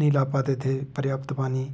नहीं ला पाते थे पर्याप्त पानी